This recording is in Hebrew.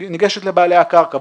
ניגשת לבעלי הקרקע,